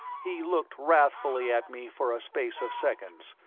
he looked wrathfully at me for a space of seconds,